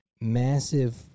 massive